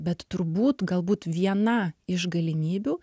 bet turbūt galbūt viena iš galimybių